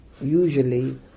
usually